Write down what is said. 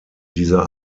dieser